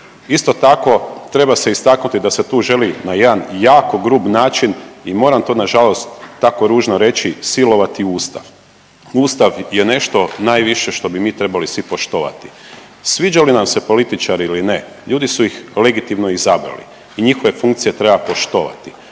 Isto tako treba se istaknuti da se tu želi na jedan jako grub način i moram to nažalost tako ružno reći silovati ustav, ustav je nešto najviše što bi mi trebali svi poštovati. Sviđaju li nam se političari ili ne, ljudi su ih legitimno izabrali i njihove funkcije treba poštovati.